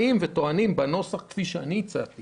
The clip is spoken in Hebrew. בנוסח כפי שאני הצעתי